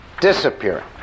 disappearing